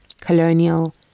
colonial